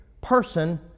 person